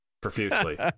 profusely